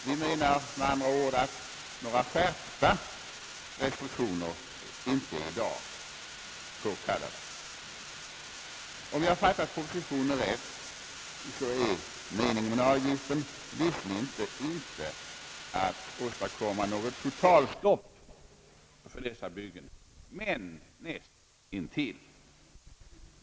Vi anser med andra ord att några skärpta restriktioner i dag inte är påkallade. Om jag fattat propositionen rätt, är meningen med avgiften visserligen inte att åstadkomma något totalstopp för dessa byggen — men näst intill.